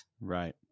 Right